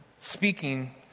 speaking